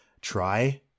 try